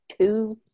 two